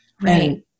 Right